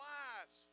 lives